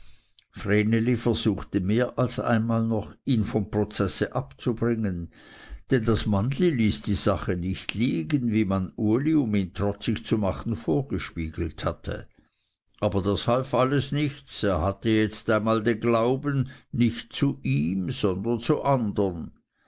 versuchte mehr als einmal noch ihn vom prozesse abzubringen denn das mannli ließ die sache nicht liegen wie man uli um ihn trotzig zu machen vorgespiegelt hatte aber das half alles nicht er hatte einmal jetzt den glauben nicht zu ihm sondern zu andern